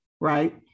right